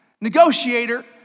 negotiator